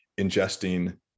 ingesting